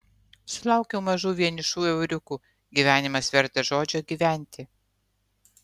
sulaukiau mažų vienišų euriukų gyvenimas vertas žodžio gyventi